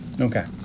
Okay